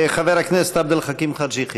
חבר הכנסת עבד אל חכים חאג' יחיא.